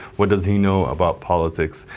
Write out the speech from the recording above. what does he know about politics?